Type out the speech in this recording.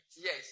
Yes